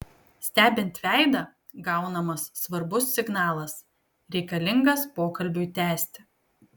stebint veidą gaunamas svarbus signalas reikalingas pokalbiui tęsti